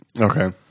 Okay